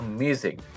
Amazing